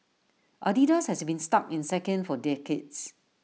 Adidas has been stuck in second for decades